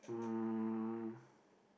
um